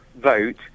vote